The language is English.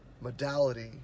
modality